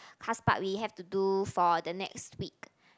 class part we have to do for the next week